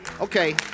Okay